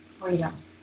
freedom